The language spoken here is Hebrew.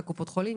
מקופות החולים,